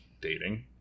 dating